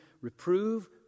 reprove